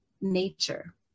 nature